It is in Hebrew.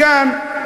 מכאן,